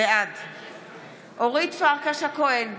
בעד אורית פרקש הכהן,